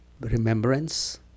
remembrance